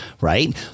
right